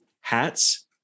hats